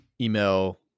email